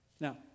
Now